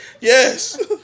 Yes